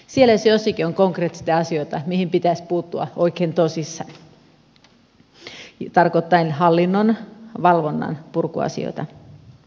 siellä jos jossakin on konkreettisesti asioita joihin pitäisi puuttua oikein tosissaan tarkoittaen hallinnon valvonnan purkuasioita